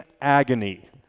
agony